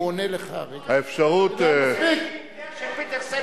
היא עשתה הפרטה בגדול,